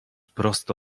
prosto